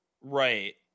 Right